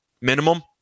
minimum